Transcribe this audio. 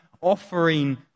offering